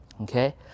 okay